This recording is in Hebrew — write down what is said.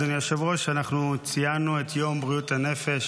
אדוני היושב-ראש, ציינו את יום בריאות הנפש.